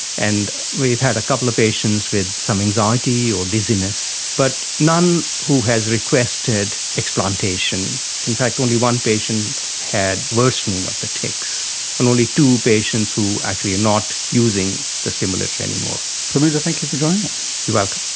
and we've had a couple of patients with some anxiety or dizziness, but none who has requested explantation. in fact only one patient had worsening of the tics and only two patients who actually are not using the stimulation anymore. perminder, thank you for joining us. you're welcome.